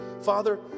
Father